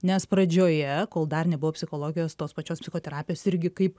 nes pradžioje kol dar nebuvo psichologijos tos pačios psichoterapijos irgi kaip